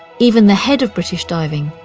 even the head of british diving,